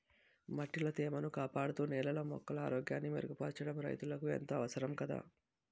మట్టిలో తేమను కాపాడుతూ, నేలలో మొక్కల ఆరోగ్యాన్ని మెరుగుపరచడం రైతులకు ఎంతో అవసరం కదా